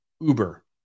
Uber